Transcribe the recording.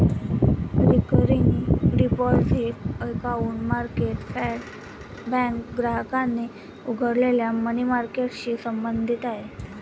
recurring deposit account market fund bank ग्राहकांनी उघडलेल्या money मार्केटशी संबंधित आहे